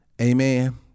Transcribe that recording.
amen